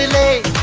a